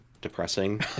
depressing